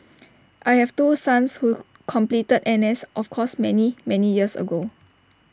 I have two sons who completed N S of course many many years ago